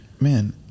Man